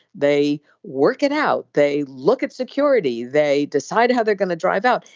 they work it out. they look at security. they decide how they're going to drive out.